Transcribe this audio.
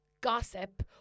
gossip